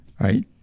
right